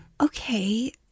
Okay